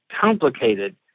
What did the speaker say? complicated